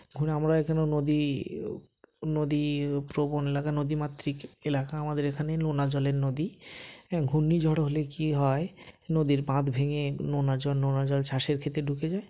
এখন আমরাও এখানে নদী নদীপ্রবণ এলাকা নদীমাতৃক এলাকা আমাদের এখানে নোনা জলের নদী হ্যাঁ ঘূর্ণি ঝড় হলে কী হয় নদীর বাঁধ ভেঙে নোনা জল নোনা জল চাষের খেতে ঢুকে যায়